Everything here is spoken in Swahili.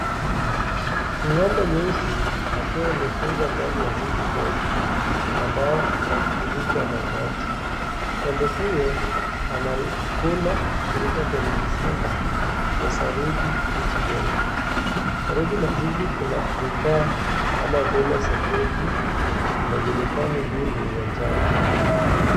Ng'ombe nyeupe akiwa amefungwa ndani ya zizi ndogo la bao na umefunikwa mabati. Ng'ombe huyo anakula kuruka kwenye kisima ya saruji kilicho jengwa. Karibu na zizi Kuna vifaa kama vile, na sepeti na jerikani mbili za njano.